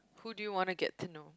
who do you want to get to know